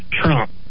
Trump